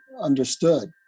understood